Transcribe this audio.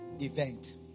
event